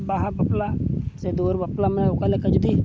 ᱵᱟᱦᱟ ᱵᱟᱯᱞᱟ ᱥᱮ ᱫᱩᱣᱟᱹᱨ ᱵᱟᱯᱞᱟ ᱚᱱᱠᱟ ᱞᱮᱠᱟ ᱡᱩᱫᱤ